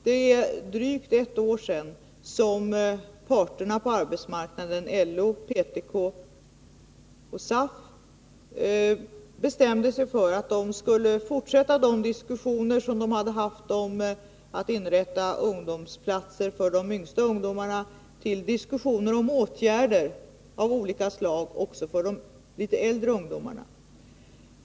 Det var för drygt ett år sedan som parterna på arbetsmarknaden —- LO, PTK och SAF bestämde sig för att de skulle fortsätta de diskussioner som de hade haft om att inrätta ungdomsplatser för de yngsta ungdomarna samt att föra diskussioner om åtgärder av olika slag också för de litet äldre ungdomarna.